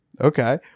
Okay